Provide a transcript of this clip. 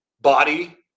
body